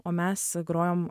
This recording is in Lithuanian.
o mes grojom